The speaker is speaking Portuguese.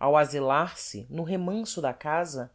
ao asylar se no remanso da casa